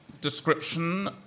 description